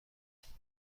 کردم